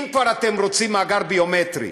אם אתם כבר רוצים מאגר ביומטרי,